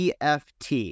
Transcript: EFT